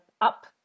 up